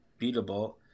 beatable